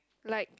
like